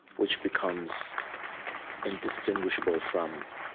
which becomes indistinguishable from